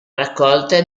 raccolta